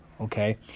okay